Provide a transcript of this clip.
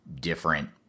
different